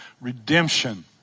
Redemption